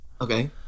okay